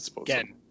again